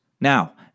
Now